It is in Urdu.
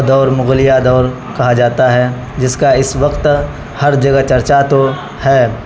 دور مغلیہ دور کہا جاتا ہے جس کا اس وقت ہر جگہ چرچا تو ہے